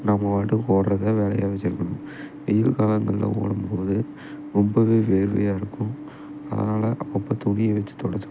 நம்ம பாட்டுக்கு ஒடுறதே வேலையாக வச்சுருக்கணும் வெயில் காலங்களில் ஓடும்போது ரொம்பவே வேர்வையாக இருக்கும் அதனால் அப்பப்போ துணியை வச்சு தொடச்சிக்கணும்